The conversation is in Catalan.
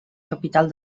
capital